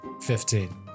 Fifteen